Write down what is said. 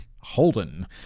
Holden